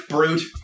Brute